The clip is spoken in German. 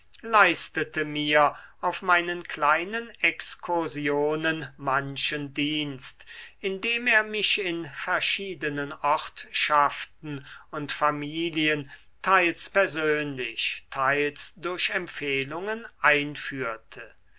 leistete mir auf meinen kleinen exkursionen manchen dienst indem er mich in verschiedenen ortschaften und familien teils persönlich teils durch empfehlungen einführte